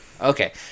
Okay